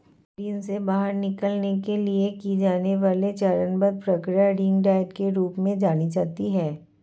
ऋण से बाहर निकलने के लिए की जाने वाली चरणबद्ध प्रक्रिया रिंग डाइट के रूप में जानी जाती है